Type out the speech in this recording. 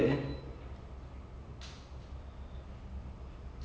it I think that's like that's really good like